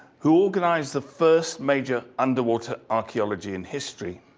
who organized the first major underwater archaeology in history?